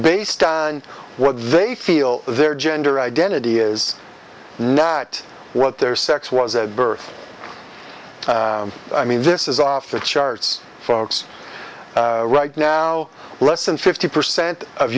based on what they feel their gender identity is not what their sex was a birth i mean this is off the charts folks right now less than fifty percent of